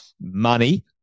money